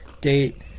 date